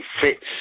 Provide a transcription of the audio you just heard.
fits